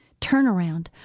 turnaround